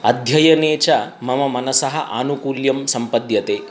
अध्ययने च मम मनसः आनुकूल्यं सम्पद्यते